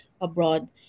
abroad